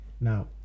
now